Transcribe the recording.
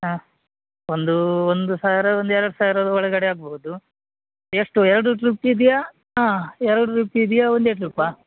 ಆ ಒಂದು ಒಂದು ಸಾವಿರ ಒಂದು ಎರ್ಡು ಸಾವ್ರದ ಒಳಗಡೆ ಆಗ್ಬೌದು ಎಷ್ಟು ಎರ್ಡು ಟ್ರಿಪ್ ಇದೆಯಾ ಹಾಂ ಎರ್ಡು ಟ್ರಿಪ್ ಇದೆಯಾ ಒಂದೇ ಟ್ರಿಪ್ಪಾ